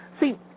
See